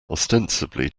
ostensibly